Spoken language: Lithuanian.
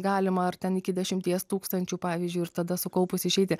galima ar ten iki dešimties tūkstančių pavyzdžiui ir tada sukaupus išeiti